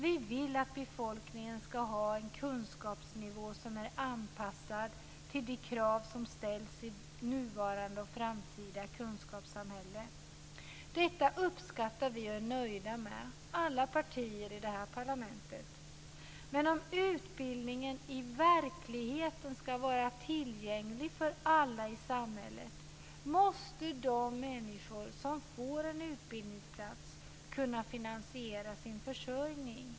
Vi vill att befolkningen skall ha en kunskapsnivå som är anpassad till de krav som ställs i nuvarande och framtida kunskapssamhälle. Detta uppskattar vi i alla partier i vårt parlamenet, och vi är nöjda med det. Men om utbildningen i verkligheten skall vara tillgänglig för alla i samhället, måste de människor som får en utbildningsplats kunna finansiera sin försörjning.